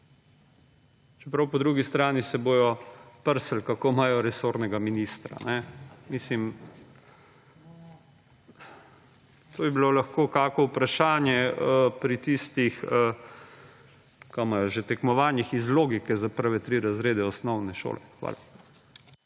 se bodo po drugi strani prsili, kako imajo resornega ministra. Mislim, to bi bilo lahko kako vprašanje pri tistih - kaj imajo že - tekmovanjih iz logike za prve tri razrede osnovne šole. Hvala.